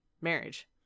marriage